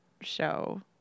show